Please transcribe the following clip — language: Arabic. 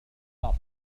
الصف